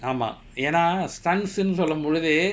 ஆமா ஏனா:ammaa yaenaa stunts னு சொல்லும்பொழுது:nu sollumpozhudhu